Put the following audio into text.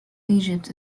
egypt